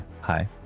Hi